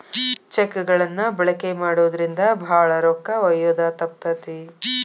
check ಗಳನ್ನ ಬಳಕೆ ಮಾಡೋದ್ರಿಂದ ಭಾಳ ರೊಕ್ಕ ಒಯ್ಯೋದ ತಪ್ತತಿ